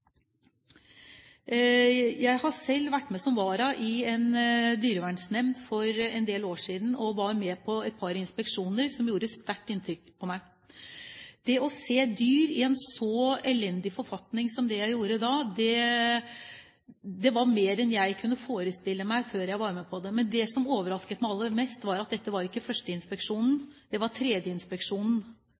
Jeg har selv vært med som vara i en dyrevernsnemnd for en del år siden, og da var jeg med på et par inspeksjoner som gjorde sterkt inntrykk på meg. Det å se dyr i en så elendig forfatning var mer enn jeg kunne forestille meg før jeg så det. Men det som overrasket meg aller mest, var at dette ikke var den første inspeksjonen. Det var den tredje inspeksjonen,